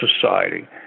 society